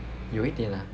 有一点 lah